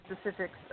specifics